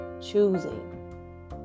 choosing